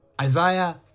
Isaiah